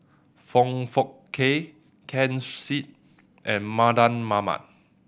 Foong Fook Kay Ken Seet and Mardan Mamat